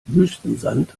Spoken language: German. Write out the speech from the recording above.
wüstensand